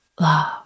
love